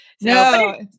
No